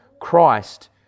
Christ